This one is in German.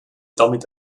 damit